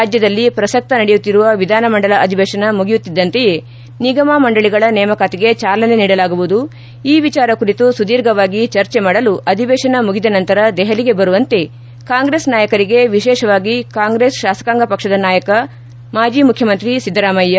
ರಾಜ್ಞದಲ್ಲಿ ಪ್ರಸಕ್ತ ನಡೆಯುತ್ತಿರುವ ವಿಧಾನಮಂಡಲ ಅಧಿವೇಶನ ಮುಗಿಯುತ್ತಿದ್ದಂತೆಯೆ ನಿಗಮ ಮಂಡಳಗಳ ನೇಮಕಾತಿಗೆ ಚಾಲನೆ ನೀಡಲಾಗುವುದು ಈ ವಿಚಾರ ಕುರಿತು ಸುದೀರ್ಘವಾಗಿ ಚರ್ಚೆ ಮಾಡಲು ಅಧಿವೇಶನ ಮುಗಿದ ನಂತರ ದೆಹಲಿಗೆ ಬರುವಂತೆ ಕಾಂಗ್ರೆಸ್ ನಾಯಕರಿಗೆ ವಿಶೇಷವಾಗಿ ಕಾಂಗ್ರೆಸ್ ಶಾಸಕಾಂಗ ಪಕ್ಷದ ನಾಯಕ ಮಾಜಿ ಮುಖ್ಯಮಂತ್ರಿ ಸಿದ್ದರಾಮಯ್ಯ